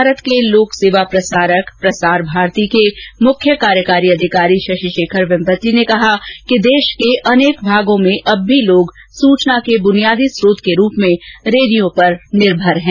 भारत के लोक सेवा प्रसारक प्रसार भारती के मुख्य कार्यकारी अधिकारी शशि शेखर वेम्पटि ने कहा है कि देश के अनेक भागों में अब भी लोग सूचना के बुनियादी स्रोत के रूप में रेडियो पर निर्भर हैं